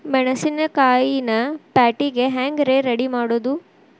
ಮೆಣಸಿನಕಾಯಿನ ಪ್ಯಾಟಿಗೆ ಹ್ಯಾಂಗ್ ರೇ ರೆಡಿಮಾಡೋದು?